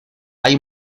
hay